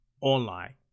online